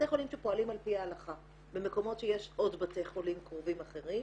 בתי חולים שפועלים על פי ההלכה במקומות שיש עוד בתי חולים קרובים אחרים